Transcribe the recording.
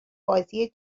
بازی